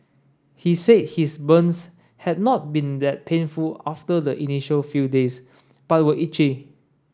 he said his burns had not been that painful after the initial few days but were itchy